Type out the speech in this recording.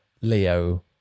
Leo